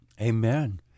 Amen